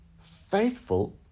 faithful